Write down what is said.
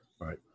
Right